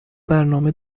برنامه